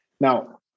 Now